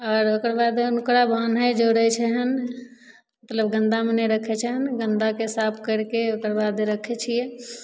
आओर ओकर बाद हुनकरा बान्है जोरै छिअनि मतलब गन्दामे नहि राखै छिअनि गन्दाकेँ साफ करिके ओकर बाद राखै छिए